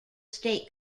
state